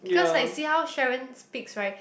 because like see how Sharon speaks right